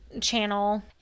channel